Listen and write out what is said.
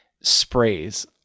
sprays